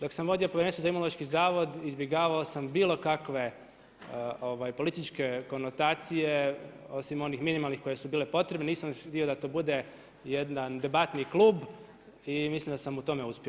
Dok sam vodio Povjerenstvo za imunološki zavod izbjegavao sam bilo kakve političke konotacije osim onih minimalnih koje su bile potrebne, nisam htio da to bude jedan debatni klub i mislim da sam u tom uspio.